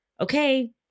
okay